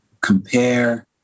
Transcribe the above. compare